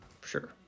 Sure